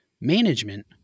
Management